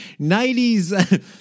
90s